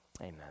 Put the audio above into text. amen